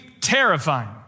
terrifying